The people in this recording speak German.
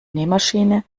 nähmaschine